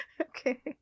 okay